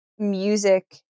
music